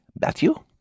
Matthew